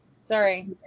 Sorry